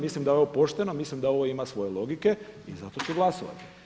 Mislim da je ovo pošteno, mislim da ovo ima svoje logike i zato ću glasovati.